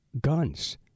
guns